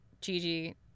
Gigi